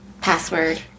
password